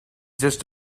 just